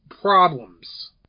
problems